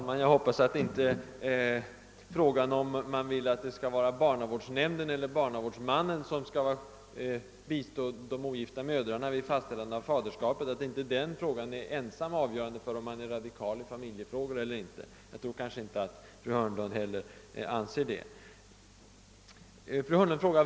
Varför kan inte modern gå till barnavårdsnämnden eller till annan myndighet i stället för att gå till en viss person som är förordnad? Det kan hon naturligtvis göra.